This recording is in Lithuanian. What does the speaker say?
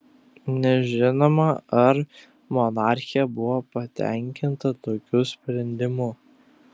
nežinoma ar monarchė buvo patenkinta tokiu sprendimu